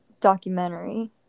Documentary